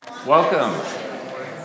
Welcome